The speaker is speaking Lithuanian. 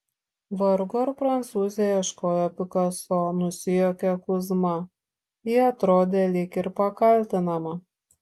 vargu ar prancūzė ieškojo pikaso nusijuokė kuzma ji atrodė lyg ir pakaltinama